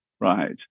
right